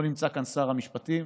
לא נמצא כאן שר המשפטים,